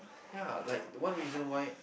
ya like the one reason why